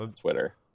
twitter